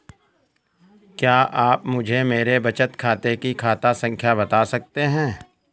क्या आप मुझे मेरे बचत खाते की खाता संख्या बता सकते हैं?